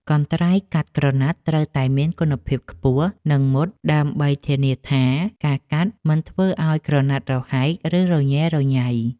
កន្ត្រៃកាត់ក្រណាត់ត្រូវតែមានគុណភាពខ្ពស់ និងមុត ដើម្បីធានាថាការកាត់មិនធ្វើឱ្យក្រណាត់រហែក ឬរញ៉េរញ៉ៃ។